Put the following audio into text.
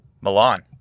Milan